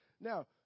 Now